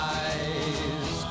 eyes